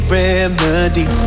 remedy